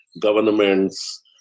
governments